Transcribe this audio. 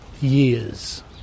years